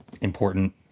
important